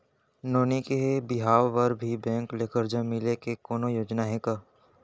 नोनी के बिहाव बर भी बैंक ले करजा मिले के कोनो योजना हे का?